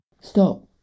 Stop